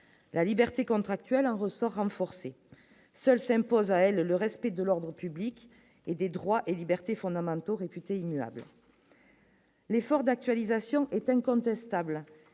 la liberté contractuelle en ressort renforcé seule s'impose à elle, le respect de l'ordre public et des droits et libertés fondamentaux réputé immuable : l'effort d'actualisation est incontestable,